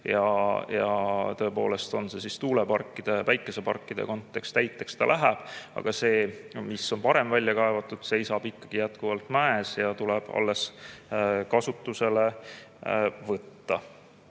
kasutusse, on see siis tuuleparkide või päikeseparkide kontekstis, aga täiteks see läheb. Aga see, mis on varem välja kaevatud, seisab ikkagi jätkuvalt mäes ja tuleb alles kasutusele võtta.